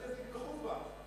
יתמכו בה.